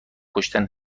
گشتن